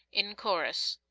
in chorus.